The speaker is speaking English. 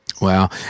Wow